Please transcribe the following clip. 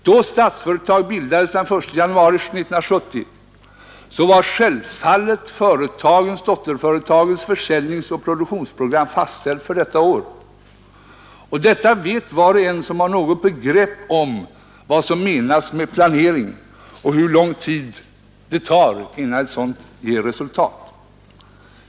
Då Statsföretag bildades den 1 januari 1970, var självfallet dotterföretagens försäljningsoch produktionsprogram fastställt för detta år. Detta vet var och en som har något begrepp om vad som menas med planering och hur lång tid det tar innan en sådan ger resultat.